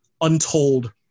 untold